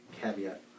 caveat